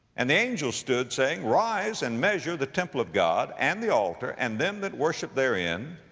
and the angel stood, saying, rise, and measure the temple of god, and the altar, and them that worship therein.